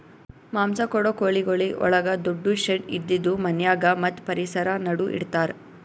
ಮಾಂಸ ಕೊಡೋ ಕೋಳಿಗೊಳಿಗ್ ಒಳಗ ದೊಡ್ಡು ಶೆಡ್ ಇದ್ದಿದು ಮನ್ಯಾಗ ಮತ್ತ್ ಪರಿಸರ ನಡು ಇಡತಾರ್